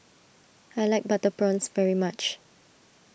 I like Butter Prawns very much